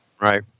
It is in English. Right